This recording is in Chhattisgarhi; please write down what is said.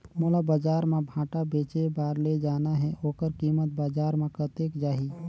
मोला बजार मां भांटा बेचे बार ले जाना हे ओकर कीमत बजार मां कतेक जाही?